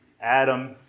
Adam